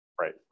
Right